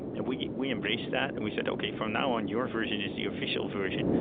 and we we embraced that and we said, okay, from now on your version is the official version.